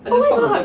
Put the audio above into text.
oh my god